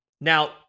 Now